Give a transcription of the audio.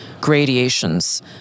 gradations